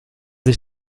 sich